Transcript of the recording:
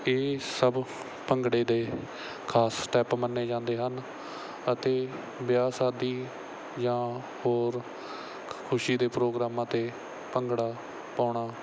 ਇਹ ਸਭ ਭੰਗੜੇ ਦੇ ਖਾਸ ਸਟੈਪ ਮੰਨੇ ਜਾਂਦੇ ਹਨ ਅਤੇ ਵਿਆਹ ਸ਼ਾਦੀ ਜਾਂ ਹੋਰ ਖੁਸ਼ੀ ਦੇ ਪ੍ਰੋਗਰਾਮਾਂ 'ਤੇ ਭੰਗੜਾ ਪਾਉਣਾ